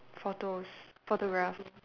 photos photographs